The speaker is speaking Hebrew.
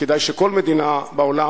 כדאי שכל מדינה בעולם,